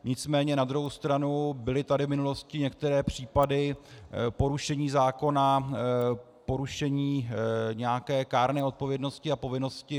Nicméně na druhou stranu, byly tady v minulosti některé případy porušení zákona, porušení nějaké kárné odpovědnosti a povinnosti.